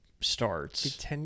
starts